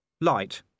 light